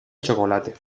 chocolate